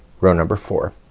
row number four.